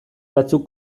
batzuk